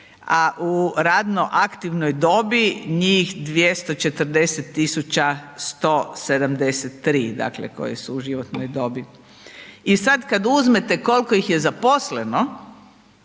a u radno aktivnoj dobi, njih 240 tisuća 173 dakle, koje su u životnoj dobi. I sada kada uzmete koliko ih je zaposleno,